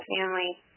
family